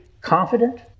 confident